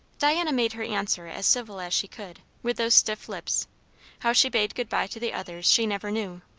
diana made her answer as civil as she could, with those stiff lips how she bade good-bye to the others she never knew.